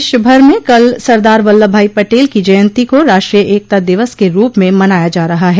देश भर में कल सरदार वल्लभ भाई पटेल की जयंती को राष्ट्रीय एकता दिवस के रूप में मनाया जा रहा है